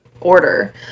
order